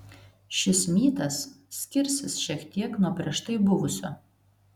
šis mytas skirsis šiek tiek nuo prieš tai buvusio